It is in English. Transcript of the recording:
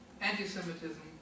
anti-Semitism